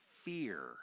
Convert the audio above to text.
Fear